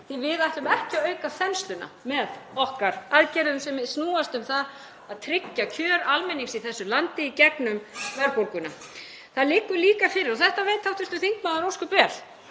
því við ætlum ekki að auka þensluna með okkar aðgerðum sem snúast um það að tryggja kjör almennings í þessu landi í gegnum verðbólguna. Það liggur líka fyrir, og þetta veit hv. þingmaður ósköp vel,